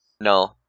No